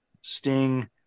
Sting